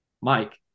Mike